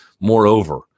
Moreover